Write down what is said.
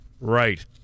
Right